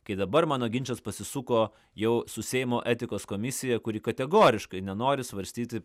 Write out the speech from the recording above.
kai dabar mano ginčas pasisuko jau su seimo etikos komisija kuri kategoriškai nenori svarstyti